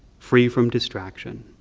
free from distraction.